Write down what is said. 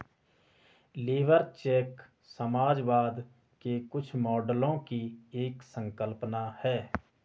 labour cheque समाजवाद के कुछ मॉडलों की एक संकल्पना है